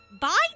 Bye